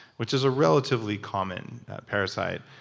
which is a relatively common parasite.